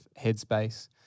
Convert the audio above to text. headspace